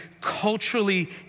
culturally